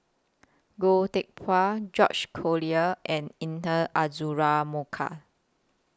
Goh Teck Phuan George Collyer and Intan Azura Mokhtar